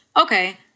okay